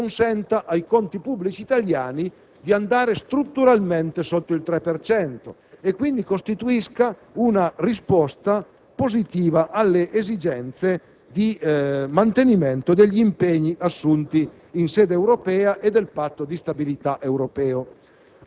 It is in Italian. consenta ai conti pubblici italiani di andare strutturalmente sotto il 3 per cento, e quindi costituisca una risposta positiva alle esigenze di mantenimento degli impegni assunti in sede europea e del Patto di stabilità europeo.